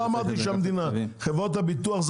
לא אמרתי שהמדינה תממן את זה; חברות הביטוח,